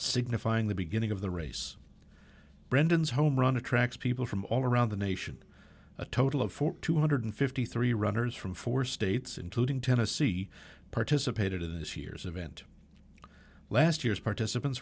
signifying the beginning of the race brendan's home run attracts people from all around the nation a total of four two hundred fifty three runners from four states including tennessee participated in this year's event last year's participants